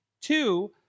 Two